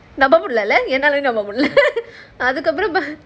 நம்ப முடியலல என்னாலயும் நம்ப முடியல:namba mudiyalala ennaalayum namba mudiyala